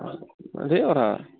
ধেৰ কথা